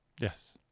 Yes